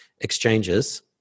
exchanges